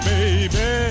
Baby